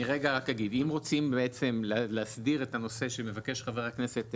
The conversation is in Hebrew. אני רק אומר שאם רוצים להסדיר את הנושא שמבקש חבר הכנסת אייכלר,